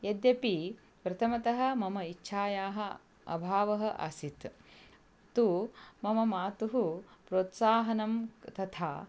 यद्यपि प्रथमतः मम इच्छायाः अभावः आसीत् तु मम मातुः प्रोत्साहनं तथा